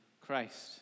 Christ